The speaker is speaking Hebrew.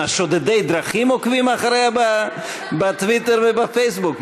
מה, שודדי דרכים עוקבים אחריה בטוויטר ובפייסבוק?